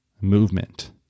movement